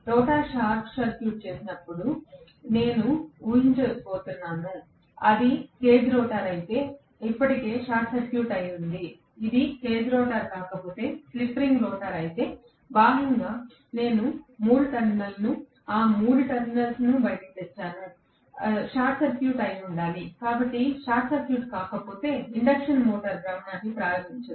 rotor short circuit అని నేను ఊహించబోతున్నాను అది కేజ్ రోటర్ అయితే ఇది ఇప్పటికే షార్ట్ సర్క్యూట్ అయి ఉంది ఇది కేజ్ రోటర్ కాకపోతే స్లిప్ రింగ్ రోటర్ అయితే బాహ్యంగా నేను 3 టెర్మినల్స్ ఆ 3 టెర్మినల్స్ బయటకు తెచ్చాను షార్ట్ సర్క్యూట్ అయి ఉండాలి అది షార్ట్ సర్క్యూట్ కాకపోతే ఇండక్షన్ మోటారు భ్రమణాన్ని ప్రారంభించదు